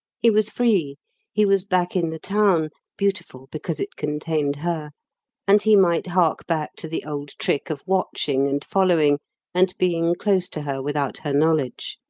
he was free he was back in the town beautiful because it contained her and he might hark back to the old trick of watching and following and being close to her without her knowledge.